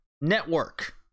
Network